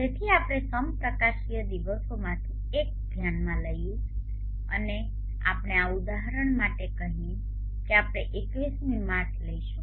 તેથી આપણે સમપ્રકાશીય દિવસોમાંથી કોઈ એક ધ્યાનમાં લઈ શકીએ અને ચાલો આપણે આ ઉદાહરણ માટે કહીએ કે આપણે 21મી માર્ચ લઈશું